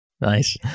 Nice